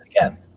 again